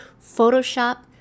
Photoshop